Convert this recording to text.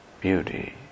beauty